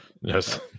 Yes